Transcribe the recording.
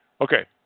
Okay